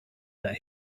that